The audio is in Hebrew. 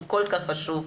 הוא כל כך חשוב,